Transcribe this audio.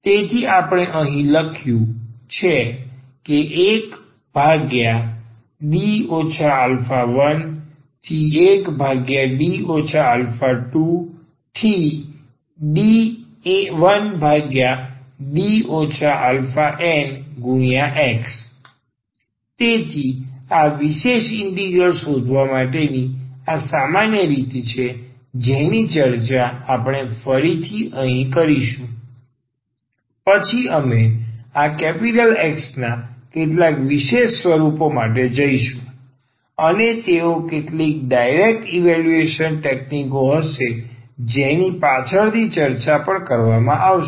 તેથી આપણે અહીં લખ્યું છે 1D 11D 21X તેથી આ વિશેષ ઇન્ટિગ્રલ શોધવા માટેની આ સામાન્ય રીત છે જેની ચર્ચા આપણે પછીથી કરીશું પછી અમે આ X ના કેટલાક વિશેષ સ્વરૂપો માટે જઈશું અને તેઓ કેટલીક ડાઇરેક્ટ ઈવેલ્યુએશન તકનીકો હશે જેની પાછળથી ચર્ચા પણ કરવામાં આવશે